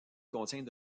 contient